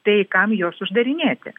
tai kam juos uždarinėti